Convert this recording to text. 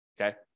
Okay